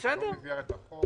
זה לא במסגרת החוק.